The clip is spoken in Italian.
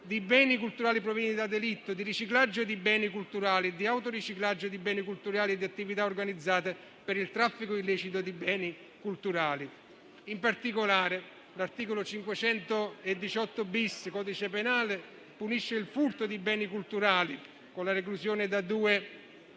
di beni culturali provenienti da delitto, di riciclaggio di beni culturali, di autoriciclaggio di beni culturali e di attività organizzate per il traffico illecito di beni culturali. In particolare, l'articolo 518-*bis* del codice penale punisce il furto di beni culturali, con la reclusione da due